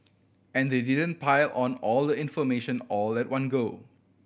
and they didn't pile on all the information all at one go